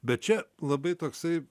bet čia labai toksai